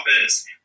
office